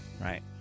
right